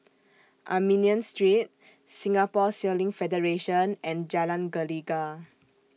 Armenian Street Singapore Sailing Federation and Jalan Gelegar